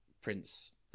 Prince